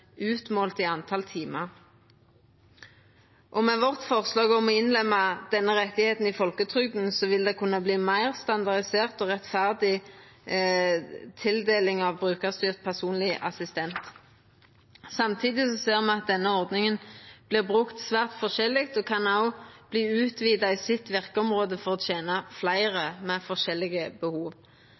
utmålt i timetal. Med vårt forslag om å innlemma denne retten i folketrygda, vil det kunna verta meir standardisert og rettferdig tildeling av brukarstyrt personleg assistent. Samtidig ser me at denne ordninga vert brukt særs forskjellig, og kan òg verta utvida i sitt verkeområde for å tena fleire med forskjellige behov.